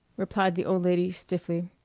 replied the old lady, stiffly.